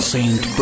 Saint